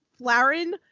Flaren